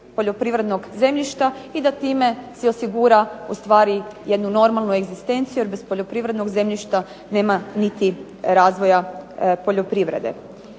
poljoprivrednog zemljišta i da time si osigura jednu normalnu egzistenciju jer bez poljoprivrednog zemljišta nema niti razvoja poljoprivrede.